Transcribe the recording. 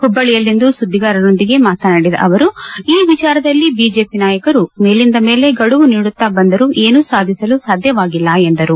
ಹುಬ್ಲಳ್ಲಿಯಲ್ಲಿಂದು ಸುದ್ಗಿಗಾರರೊಂದಿಗೆ ಮಾತನಾಡಿದ ಅವರು ಈ ವಿಚಾರದಲ್ಲಿ ಬಿಜೆಪಿ ನಾಯಕರು ಮೇಲಿಂದ ಮೇಲೆ ಗಡುವು ನೀಡುತ್ತಾ ಬಂದರೂ ಏನೂ ಸಾಧಿಸಲು ಸಾಧ್ಯವಾಗಿಲ್ಲ ಎಂದರು